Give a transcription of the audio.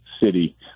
city